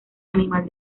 animal